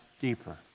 deeper